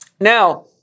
Now